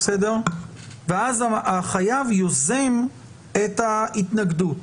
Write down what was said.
ואז החייב יוזם את ההתנגדות.